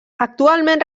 actualment